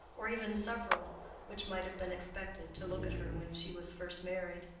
or even several which might have been expected, to look at her when she was first married.